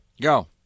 Go